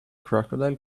crocodile